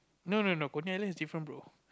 no no no Coney-Island is different bro